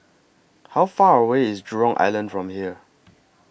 How Far away IS Jurong Island from here